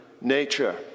nature